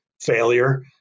failure